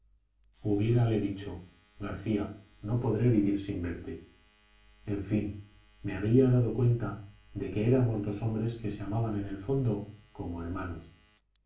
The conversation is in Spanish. mi inferior hubiérale dicho garcía no podré vivir sin verte en fin me habría dado cuenta de que éramos dos hombres que se amaban en el fondo como hermanos